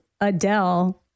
Adele